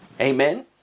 amen